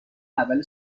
اول